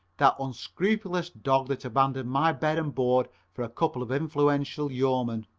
that unscrupulous dog that abandoned my bed and board for a couple of influential yeomen.